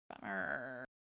Bummer